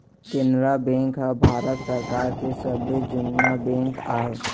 Canara bank ह भारत सरकार के सबले जुन्ना बेंक आय